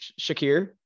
Shakir